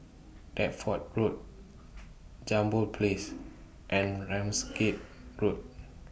Deptford Road Jambol Place and Ramsgate Road